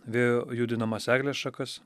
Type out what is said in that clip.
vėjo judinamas eglės šakas